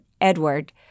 Edward—